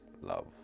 love